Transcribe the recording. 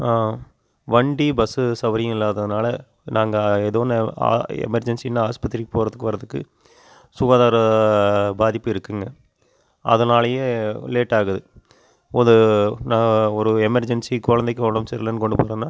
வண்டி பஸ்ஸு சௌரியம் இல்லாததுனால் நாங்கள் எதுவும் ஒன்று ஆ எமர்ஜென்சின்னு ஆஸ்பத்திரி போகிறதுக்கு வரத்துக்கு சுகாதார பாதிப்பு இருக்குதுங்க அதனாலேயே லேட்டாகுது ஒரு நா ஒரு எமர்ஜென்சி குழந்தைக்கி உடம்பு சரியில்லன்னு கொண்டு போகிறன்னா